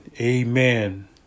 Amen